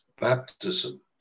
Baptism